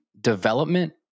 development